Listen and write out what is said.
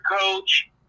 coach